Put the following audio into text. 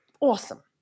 awesome